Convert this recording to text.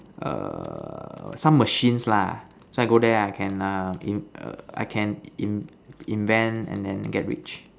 err some machines lah so I go there I can err in I can in invent then get rich